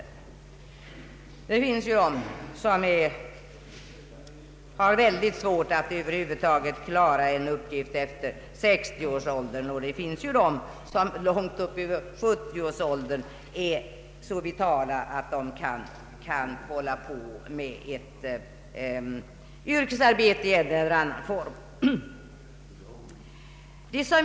Det finns de som har mycket svårt att över huvud taget klara en uppgift efter 60 års ålder, och det finns de som långt över 70 års ålder är så vitala att de kan utföra ett yrkesarbete i en eller annan form.